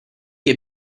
che